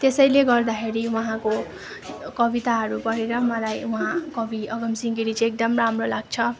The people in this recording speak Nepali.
त्यसैले गर्दाखेरि उहाँको कविताहरू पढेर मलाई उहाँ कवि अगमसिँह गिरी चाहिँ एकदम राम्रो लाग्छ